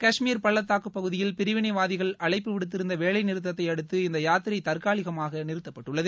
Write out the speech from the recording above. கஷ்மீர் பள்ளத்தாக்குப் பகுதியில் பிரிவினைவாதிகள் அழைப்பு விடுத்திருந்த வேலைநிறுத்தத்தையடுத்து இந்த யாத்திரை தற்காலிகமாக நிறுத்தப்பட்டுள்ளது